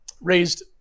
raised